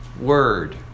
Word